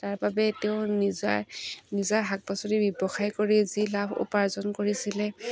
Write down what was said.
তাৰবাবে তেওঁ নিজা নিজা শাক পাচলি ব্যৱসায় কৰি যি লাভ উপাৰ্জন কৰিছিলে